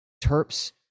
terps